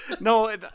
No